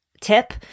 tip